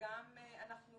וגם אנחנו